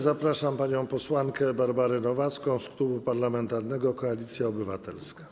Zapraszam panią posłankę Barbarę Nowacką z Klubu Parlamentarnego Koalicja Obywatelska.